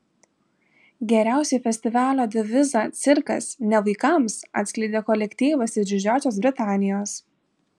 geriausiai festivalio devizą cirkas ne vaikams atskleidė kolektyvas iš didžiosios britanijos